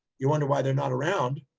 you wonder why they're not around.